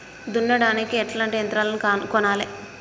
దున్నడానికి ఎట్లాంటి యంత్రాలను కొనాలే?